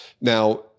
Now